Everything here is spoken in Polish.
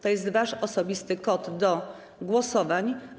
To jest wasz osobisty kod do głosowań.